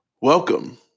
Welcome